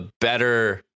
better